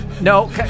No